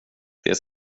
det